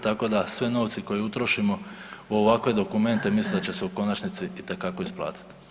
Tako da sve novce koje utrošimo u ovakve dokumente mislim da će se u konačnici itekako isplatiti.